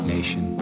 Nation